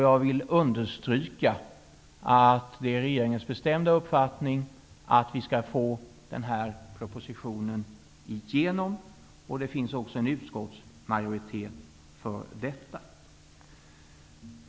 Jag vill understryka att det är regeringens bestämda uppfattning att vi önskar att vi skall få igenom den här propositionen. Det finns också en utskottsmajoritet för detta.